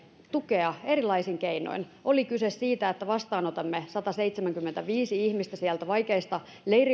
valtiolle tukea erilaisin keinoin oli kyse siitä että vastaanotamme sataseitsemänkymmentäviisi ihmistä sieltä vaikeista leiriolosuhteista